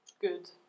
good